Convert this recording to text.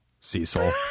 Cecil